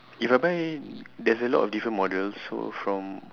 if I buy there's a lot of different models so from